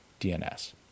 DNS